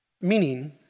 Meaning